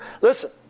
Listen